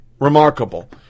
Remarkable